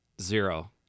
zero